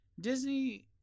disney